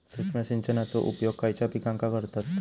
सूक्ष्म सिंचनाचो उपयोग खयच्या पिकांका करतत?